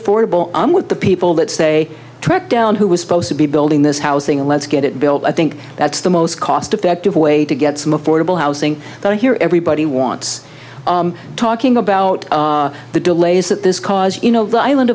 affordable i'm with the people that say track down who was supposed to be building this housing and let's get it built i think that's the most cost effective way to get some affordable housing but i hear everybody wants talking about the delays that this caused you know the island